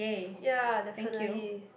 ya definitely